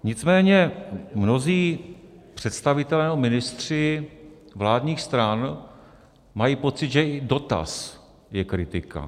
Nicméně mnozí představitelé nebo ministři vládních stran mají pocit, že i dotaz je kritika.